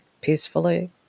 peacefully